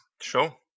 sure